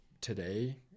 today